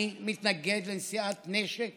אני מתנגד לנשיאת נשק